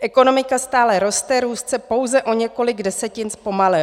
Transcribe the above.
Ekonomika stále roste, růst se pouze o několik desetin zpomalil.